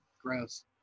Gross